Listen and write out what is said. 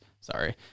Sorry